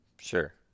Sure